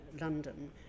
London